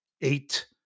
eight